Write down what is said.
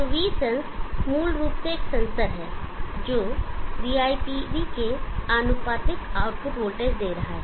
तो Vsense मूल रूप से एक सेंसर है जो VIPV के आनुपातिक आउटपुट वोल्टेज दे रहा है